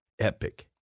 Epic